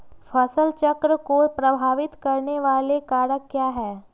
फसल चक्र को प्रभावित करने वाले कारक क्या है?